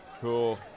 Cool